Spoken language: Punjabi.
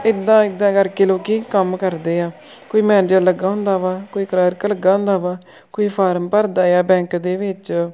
ਇੱਦਾਂ ਇੱਦਾਂ ਕਰਕੇ ਲੋਕ ਕੰਮ ਕਰਦੇ ਆ ਕੋਈ ਮੈਨੇਜਰ ਲੱਗਾ ਹੁੰਦਾ ਵਾ ਕੋਈ ਕਲਰਕ ਲੱਗਾ ਹੁੰਦਾ ਵਾ ਕੋਈ ਫਾਰਮ ਭਰਦਾ ਆ ਬੈਂਕ ਦੇ ਵਿੱਚ